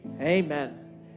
amen